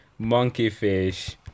Monkeyfish